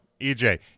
ej